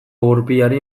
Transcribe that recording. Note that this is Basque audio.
gurpilari